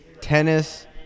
tennis